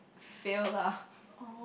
fail lah